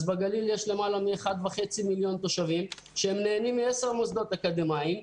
אז בגליל יש למעלה מ-1.5 מיליון תושבים שנהנים מ-10 מוסדות אקדמיים,